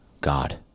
God